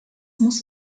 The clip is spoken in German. muss